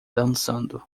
dançando